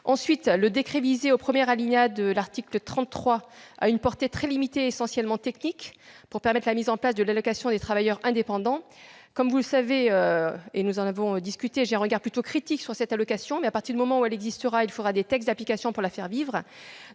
Ensuite, le décret visé au premier alinéa de l'article 33 a une portée très limitée, essentiellement technique, pour permettre la mise en place de l'allocation des travailleurs salariés. Comme vous le savez, j'ai un regard plutôt critique sur cette allocation, mais à partir du moment où elle existera, il faudra des textes d'application pour la faire vivre.